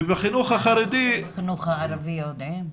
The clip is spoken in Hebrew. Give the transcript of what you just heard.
ובחינוך הערבי יודעים?